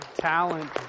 talent